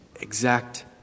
exact